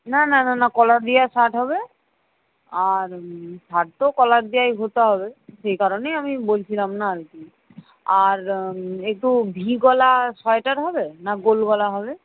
না না না না কলার দিয়া শার্ট হবে আর শার্ট তো কলার দেওয়াই হতে হবে সেই কারণেই আমি বলছিলাম না আর কি আর একটু ভি গলা সয়টার হবে না গোল গলা হবে